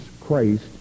Christ